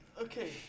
okay